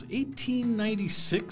1896